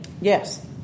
Yes